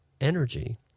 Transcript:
energy